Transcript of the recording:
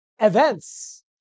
events